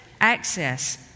access